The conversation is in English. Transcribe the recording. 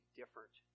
different